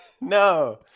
No